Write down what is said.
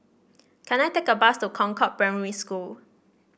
can I take a bus to Concord Primary School